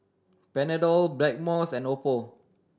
Panadol Blackmores and Oppo